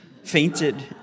Fainted